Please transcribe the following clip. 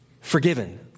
forgiven